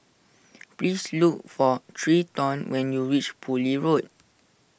please look for Treyton when you reach Poole Road